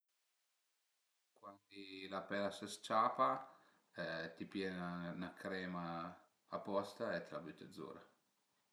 Cuandi la pel a së s-ciapa, t'i pìe 'na crema aposta e t'la büte zura